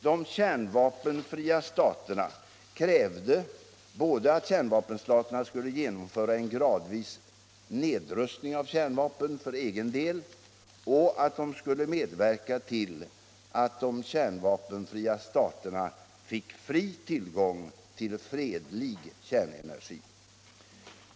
De kärnvapenfria staterna krävde både att kärnvapenstaterna skulle genomföra en gradvis nedrustning av kärnvapen för egen del och att de skulle medverka till att de kärnvapenfria staterna fick fri tillgång till fredlig kärnenergi.